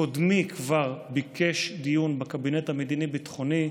קודמי כבר ביקש דיון בקבינט המדיני-הביטחוני,